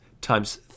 times